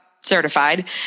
certified